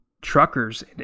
truckers